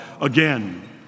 again